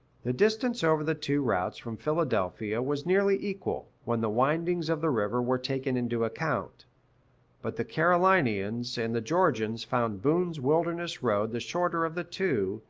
the distance over the two routes from philadelphia, was nearly equal, when the windings of the river were taken into account but the carolinians and the georgians found boone's wilderness road the shorter of the two,